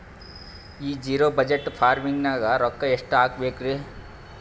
ಈ zero budget farming ನಾಗ್ ರೊಕ್ಕ ಎಷ್ಟು ಹಾಕಬೇಕರಿ?